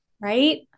Right